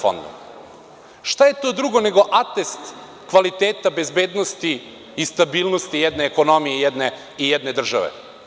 Šta je to drugo nego atest kvaliteta bezbednosti i stabilnosti jedne ekonomije i jedne države?